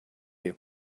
you